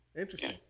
Interesting